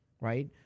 right